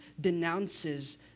denounces